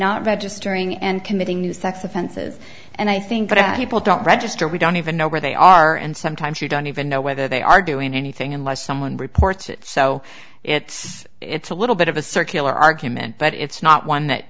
offenses and i think that if people don't register we don't even know where they are and sometimes you don't even know whether they are doing anything unless someone reports it so it's it's a little bit of a circular argument but it's not one that